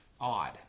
odd